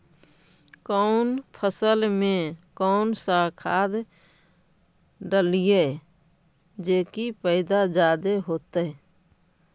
कौन फसल मे कौन सा खाध डलियय जे की पैदा जादे होतय?